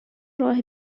راه